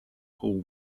hall